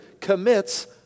commits